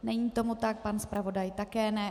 Není tomu tak, pan zpravodaj také ne.